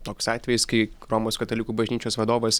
toks atvejis kai romos katalikų bažnyčios vadovas